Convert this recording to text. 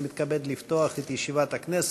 אני מתכבד לפתוח את ישיבת הכנסת.